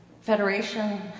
Federation